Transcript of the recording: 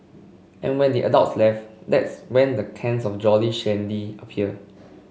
and when the adults left that's when the cans of Jolly Shandy appear